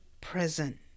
present